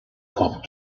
cop